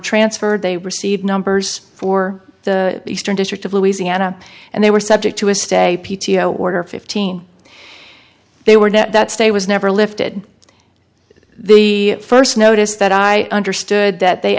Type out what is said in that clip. transferred they received numbers for the eastern district of louisiana and they were subject to a stay p t o order fifteen they were net that stay was never lifted the first notice that i understood that they